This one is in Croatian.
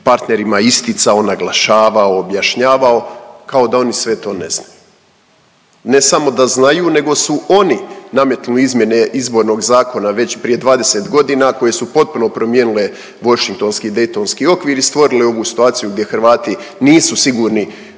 partnerima isticao, naglašavao, objašnjavao kao da oni sve to ne znaju. Ne samo da znaju nego su oni nametnuli izmjene Izbornog zakona već prije 20 godina koje su potpuno promijenile Waschingtonski i Daytonski okvir i stvorile ovu situaciju gdje Hrvati nisu sigurni